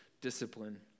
discipline